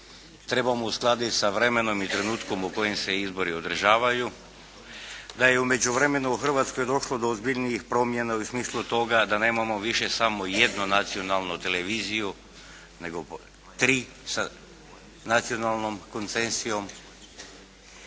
trebamo uskladiti sa vremenom i trenutkom u kojem se izbori održavaju, da je u međuvremenu u Hrvatskoj došlo do ozbiljnijih promjena u smislu toga da nemamo više samo jednu nacionalnu televiziju, nego tri sa nacionalnom koncesijom